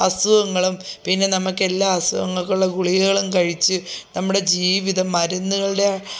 അസുഖങ്ങളും പിന്നെ നമുക്ക് എല്ലാ അസുഖങ്ങൾക്കുള്ള ഗുളികകളും കഴിച്ച് നമ്മുടെ ജീവിതം മരുന്നുകളുടെ